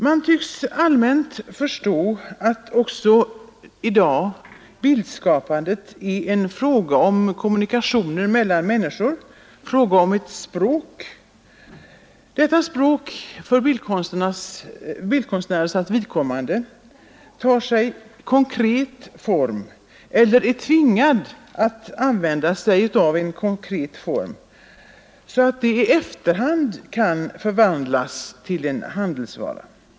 Man tycks i dag allmänt förstå att också bildskapandet är en fråga om kommunikationer mellan människor, en fråga om ett språk. Detta språk tar sig för bildkonstnärernas vidkommande konkret form eller är tvingat att använda sig av en konkret form så att det i efterhand kan förvandlas till en handelsvara.